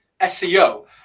SEO